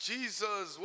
Jesus